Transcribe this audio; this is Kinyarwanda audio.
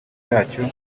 yacyo